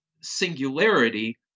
singularity